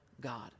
God